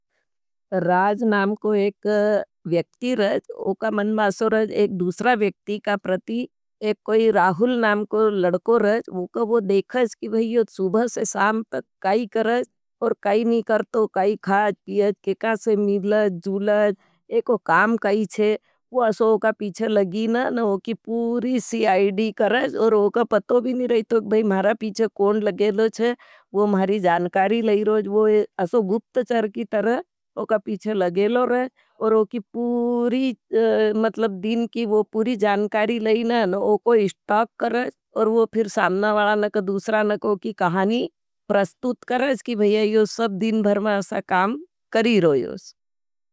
राज नाम को एक व्यक्ति रज, उका मन मासो रज एक दूसरा व्यक्ति का प्रती एक कोई राहुल नाम को लड़को रज। उका वो देखाज कि योद सुभा से साम तक काई करज, और काई नहीं करतो, काई खाज। पियज, केका से मिलज, जूलज, एको काम काई छे, वो अशो उका पीछे लगी ना और उकी पूरी सी आई डी करज। और उका पतो भी नहीं रही, तो मारा पीछे कौन लगेलो छे। वो मारी जानकारी लईरोज, वो अशो गुप्तचर की तरह उका पीछे लगेलो रज। और उकी पूरी, मतलब दिन की वो पूरी जानकारी लई ना और वो कोई स्टॉप करज। और वो फिर सामना वाला नक, दूसरा नक उकी कहानी प्रस्तूत करज। कि भैया यो सब दिन भर में असा काम करी रोयोज।